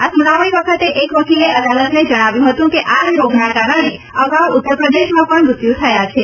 આ સુનાવણી વખતે એક વકીલે અદાલતને જણાવ્યું હતું કે આ જ રોગના કારણે અગાઉ ઉત્તરપ્રદેશમાં પણ મૃત્યુ થયા છે